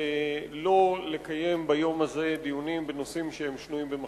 ולא לקיים ביום הזה דיונים בנושאים שהם שנויים במחלוקת.